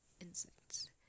insects